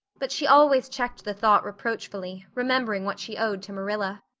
but she always checked the thought reproachfully, remembering what she owed to marilla.